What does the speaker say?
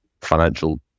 financial